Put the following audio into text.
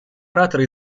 оратора